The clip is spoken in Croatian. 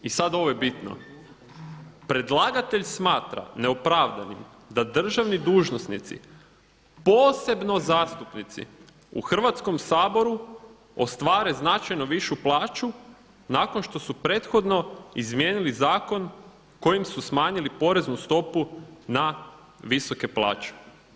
I sad ovo je bitno: Predlagatelj smatra neopravdanim da državni dužnosnici posebno zastupnici u Hrvatskom saboru ostvare značajno višu plaću nakon što su prethodno izmijenili zakon kojim su smanjili poreznu stopu na visoke plaće.